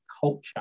culture